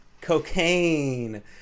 Cocaine